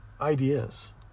ideas